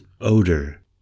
odor